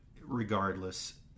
regardless